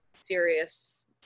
serious